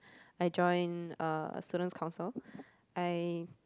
I joined uh student's council I